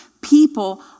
people